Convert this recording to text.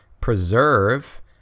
preserve